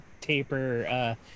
Taper